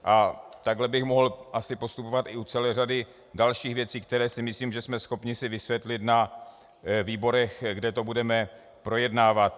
A takhle bych mohl postupovat i u celé řady dalších věcí, které si myslím, že jsme schopni si vysvětlit na výborech, kde to budeme projednávat.